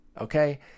Okay